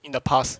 in the past